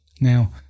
Now